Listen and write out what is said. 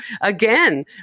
again